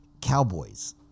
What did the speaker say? Cowboys